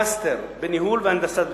מאסטר בניהול והנדסת בטיחות.